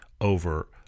over –